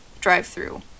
drive-through